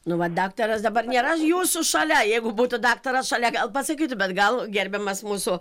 nu va daktaras dabar nėra jūsų šalia jeigu būtų daktaras šalia gal pasakytų bet gal gerbiamas mūsų